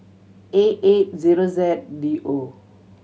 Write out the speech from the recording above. A eight zero Z D O